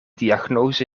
diagnose